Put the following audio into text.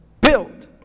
build